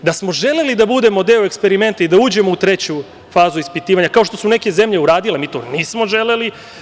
Da smo želeli da budemo deo eksperimenta i da uđemo u treću fazu ispitivanja, kao što su neke zemlje uradile, mi to nismo želeli.